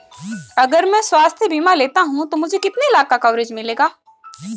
अगर मैं स्वास्थ्य बीमा लेता हूं तो मुझे कितने लाख का कवरेज मिलेगा?